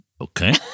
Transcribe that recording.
Okay